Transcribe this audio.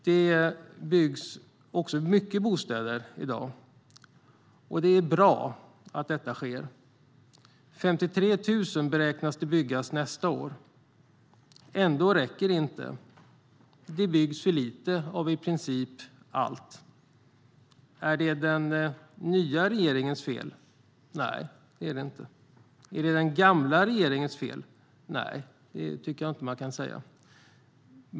Det byggs många bostäder i dag, och det är bra. Nästa år beräknas 53 000 bostäder byggas. Ändå räcker det inte. Det byggs för lite av i princip allt. Är det den nya regeringens fel? Nej, det är det inte. Är det den gamla regeringens fel? Nej, det kan man inte säga.